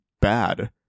bad